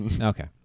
Okay